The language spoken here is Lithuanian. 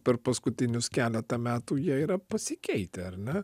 per paskutinius keletą metų jie yra pasikeitę ar na